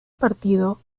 partido